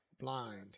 blind